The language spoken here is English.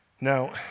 Now